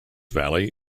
valley